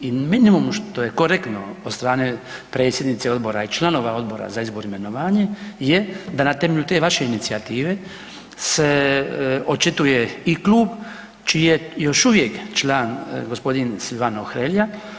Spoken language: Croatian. I minimum što je korektno od strane predsjednice Odbora i članova Odbora za izbor i imenovanje je da na temelju te vaše inicijative se očituje i klub čiji je još uvijek član g. Silvano Hrelja.